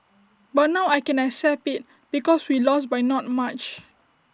but now I can accept IT because we lost by not much